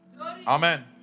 Amen